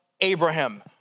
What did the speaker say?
Abraham